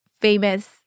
famous